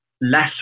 less